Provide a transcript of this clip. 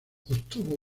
obtuvo